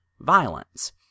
violence